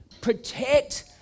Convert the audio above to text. Protect